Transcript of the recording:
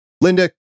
Linda